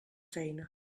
feina